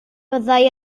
fyddai